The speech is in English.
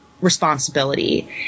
responsibility